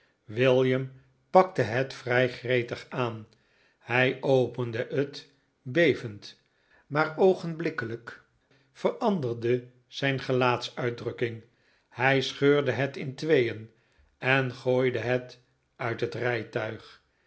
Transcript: william pakte het vrij gretig aan hij opende het bevend maar oogenblikkelijk veranderde zijn gelaatsuitdrukking hij scheurde het in tweeen en gooide het uit het rijtuig